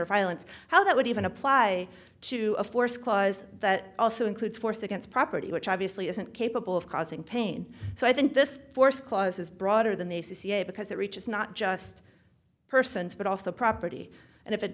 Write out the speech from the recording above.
or violence how that would even apply to a force clause that also includes force against property which obviously isn't capable of causing pain so i think this force clause is broader than they ca because it reaches not just persons but also property and if it